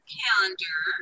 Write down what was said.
calendar